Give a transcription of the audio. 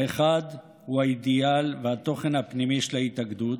האחד הוא האידיאל והתוכן הפנימי של ההתאגדות,